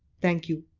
thank you.